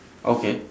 okay